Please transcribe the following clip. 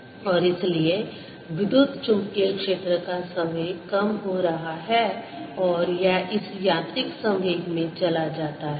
Net force0dσdKdtddt और इसलिए विद्युत चुम्बकीय क्षेत्र का संवेग कम हो रहा है और यह इस यांत्रिक संवेग में चला जाता है